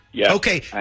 Okay